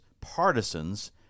partisans